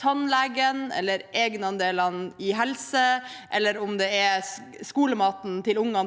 tannlegen, om det er egenandelene i helse, eller om det er skolematen til ungene –